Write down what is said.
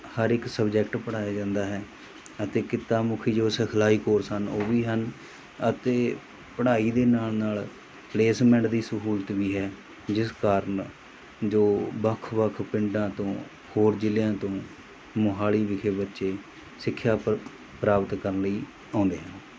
ਹਰ ਇੱਕ ਸਬਜੈਕਟ ਪੜ੍ਹਾਇਆ ਜਾਂਦਾ ਹੈ ਅਤੇ ਕਿੱਤਾ ਮੁਖੀ ਜੋ ਸਿਖਲਾਈ ਕੋਰਸ ਹਨ ਉਹ ਵੀ ਹਨ ਅਤੇ ਪੜ੍ਹਾਈ ਦੇ ਨਾਲ ਨਾਲ ਪਲੇਸਮੈਂਟ ਦੀ ਸਹੂਲਤ ਵੀ ਹੈ ਜਿਸ ਕਾਰਨ ਜੋ ਵੱਖ ਵੱਖ ਪਿੰਡਾਂ ਤੋਂ ਹੋਰ ਜ਼ਿਲ੍ਹਿਆਂ ਤੋਂ ਮੋਹਾਲੀ ਵਿਖੇ ਬੱਚੇ ਸਿੱਖਿਆ ਪ੍ਰ ਪ੍ਰਾਪਤ ਕਰਨ ਲਈ ਆਉਂਦੇ ਹਨ